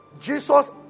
Jesus